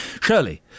Shirley